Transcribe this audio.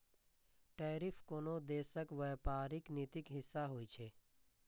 tariff कोनो देशक व्यापारिक नीतिक हिस्सा होइ छै